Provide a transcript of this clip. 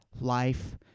life